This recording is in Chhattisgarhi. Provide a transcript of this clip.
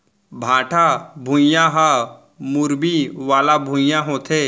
भाठा भुइयां ह मुरमी वाला भुइयां होथे